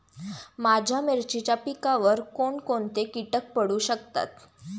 माझ्या मिरचीच्या पिकावर कोण कोणते कीटक पडू शकतात?